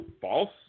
false